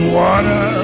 water